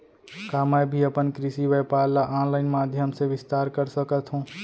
का मैं भी अपन कृषि व्यापार ल ऑनलाइन माधयम से विस्तार कर सकत हो?